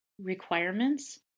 requirements